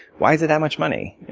why is it that much money?